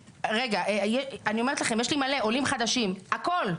אני אומרת לכם, יש לי מלא עולים חדשים, הכול.